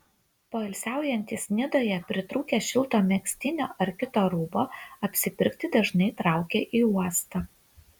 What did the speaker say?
poilsiaujantys nidoje pritrūkę šilto megztinio ar kito rūbo apsipirkti dažnai traukia į uostą